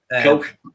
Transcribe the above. Coke